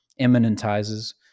imminentizes